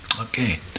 Okay